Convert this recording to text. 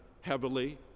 heavily